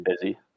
busy